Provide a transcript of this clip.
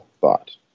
thought